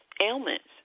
Ailments